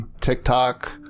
TikTok